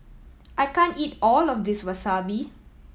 I can't eat all of this Wasabi